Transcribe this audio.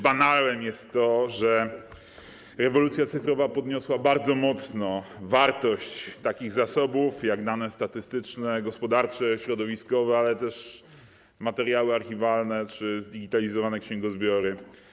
Banałem jest również to, że rewolucja cyfrowa podniosła bardzo mocno wartość takich zasobów jak dane statystyczne, gospodarcze, środowiskowe, ale też materiały archiwalne czy zdigitalizowane księgozbiory.